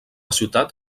ciutat